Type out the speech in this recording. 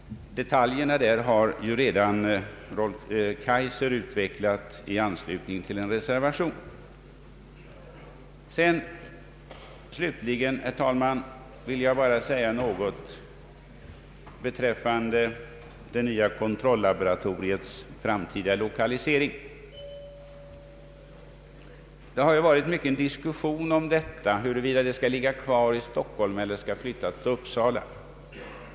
Herr Kaijser har redan utvecklat detaljerna i anslutning till en reservation. Slutligen vill jag, herr talman, bara säga några ord om det nya kontrollaboratoriets framtida lokalisering. Det har ju förts mycken diskussion om det skall ligga kvar i Stockholm eller flyttas till Uppsala.